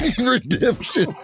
Redemption